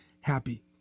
happy